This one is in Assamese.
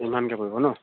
সিমানকৈ পৰিব নহ্